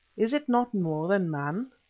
is it not more than man?